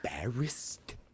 embarrassed